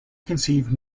conceived